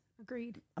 Agreed